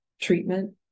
treatment